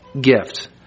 gift